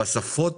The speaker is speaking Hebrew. בשפות